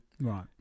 Right